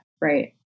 right